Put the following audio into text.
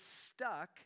stuck